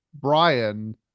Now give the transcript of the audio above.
Brian